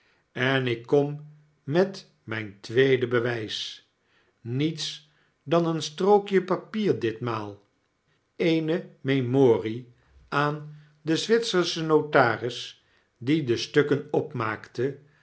en ik kom met myn tweede bewys niets dan een strookje papier ditmaal eene memorie aan den zwitserschen notaris die de stukken opmaakte